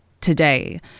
today